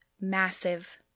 massive